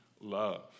love